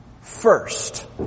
first